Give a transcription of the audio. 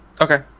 Okay